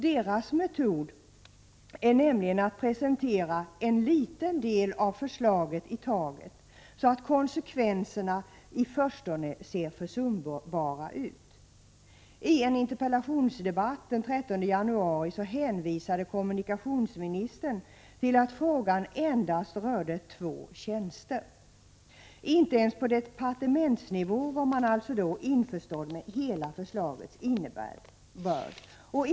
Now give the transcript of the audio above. Deras metod är nämligen att presentera en liten del av förslaget i taget, så att konsekvenserna i förstone ser försumbara ut. I en interpellationsdebatt den 13 januari hänvisade kommunikationsministern till att frågan endast rörde två tjänster. Inte ens på departementsnivå var man alltså då införstådd med hela förslagets innebörd.